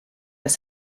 das